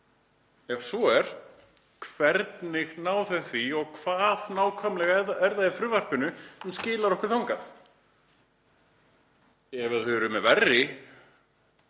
Ef svo er, hvernig ná þau því og hvað nákvæmlega er það í frumvarpinu sem skilar okkur þangað? Ef þau eru með verri